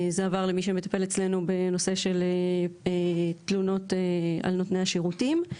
זה עבר למי שמטפל אצלנו בנושא של תלונות על נותני השירותים.